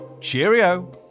Cheerio